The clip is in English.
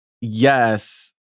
yes